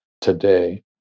today